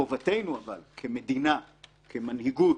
חובתנו כמדינה, כמנהיגות,